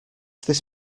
this